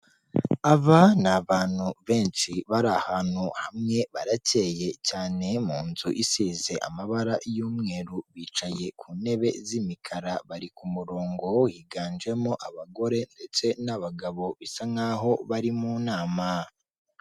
Aba ni abantu benshi, bari ahantu hamwe, baracye cyane, mu nzu isize amabara y'umweru, bicaye ku ntebe z'imikara, bari ku murongo, higanjemo abagore ndetse n'abagabo bisa nkaho bari mu nama.